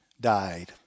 died